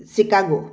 Chicago